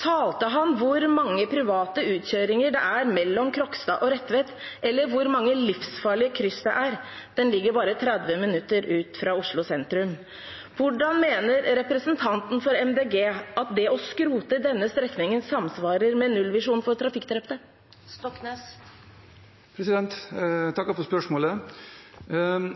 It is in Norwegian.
talte han hvor mange private utkjøringer det er mellom Kråkstad og Retvet, eller hvor mange livsfarlige kryss det er? Den ligger bare 30 minutter ut fra Oslo sentrum. Hvordan mener representanten for Miljøpartiet De Grønne at det å skrote denne strekningen samsvarer med nullvisjonen for trafikkdrepte? Jeg takker for spørsmålet.